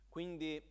Quindi